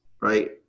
right